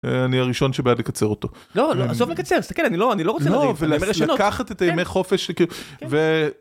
אני הראשון שבא לקצר אותו. לא, לא, עזוב לקצר, תסתכל, אני לא רוצה להוריד, אני רוצה לשנות. לקחת את הימי חופש שכן כאילו, ו...